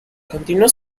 continuó